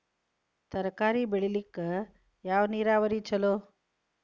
ತರಕಾರಿ ಬೆಳಿಲಿಕ್ಕ ಯಾವ ನೇರಾವರಿ ಛಲೋ?